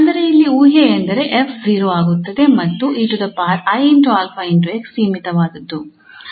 ಅಂದರೆ ಇಲ್ಲಿ ಊಹೆ ಎಂದರೆ 𝑓 0 ಆಗುತ್ತದೆ ಮತ್ತು 𝑒𝑖𝛼𝑥 ಸೀಮಿತವಾದುದು